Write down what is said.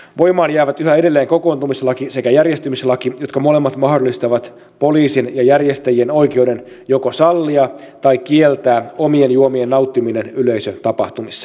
voimaan jäävät yhä edelleen kokoontumislaki sekä järjestyslaki jotka molemmat mahdollistavat poliisin ja järjestäjien oikeuden joko sallia tai kieltää omien juomien nauttiminen yleisötapahtumissa